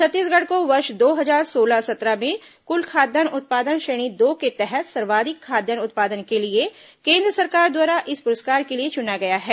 छत्तीसगढ़ को वर्ष दो हजार सोलह सत्रह में कुल खाद्यान्न उत्पादन श्रेणी दो के तहत सर्वाधिक खाद्यान्न उत्पादन के लिए केन्द्र सरकार द्वारा इस पुरस्कार के लिए चुना गया है